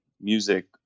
music